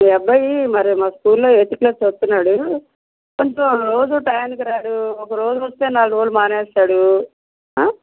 మీ అబ్బాయి మరేమో school eighth class చదువుతున్నాడు కొంచెం రోజు టైంకి రాడు ఒక రోజొస్తే నాలుగు రోజులు మానేస్తాడు